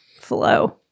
flow